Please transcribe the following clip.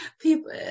people